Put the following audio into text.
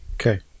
Okay